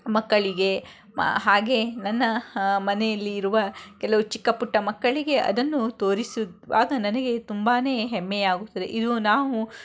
ಮಕ್ಕಳಿಗೆ ಹಾಗೆ ನನ್ನ ಮನೆಯಲ್ಲಿ ಇರುವ ಕೆಲವು ಚಿಕ್ಕ ಪುಟ್ಟ ಮಕ್ಕಳಿಗೆ ಅದನ್ನು ತೋರಿಸುವಾಗ ನನಗೆ ತುಂಬಾ ಹೆಮ್ಮೆಯಾಗುತ್ತದೆ ಇದು ನಾವು